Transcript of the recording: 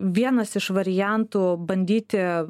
vienas iš variantų bandyti